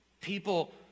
People